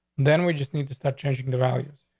then we just need to start changing the value.